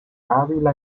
ávila